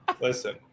Listen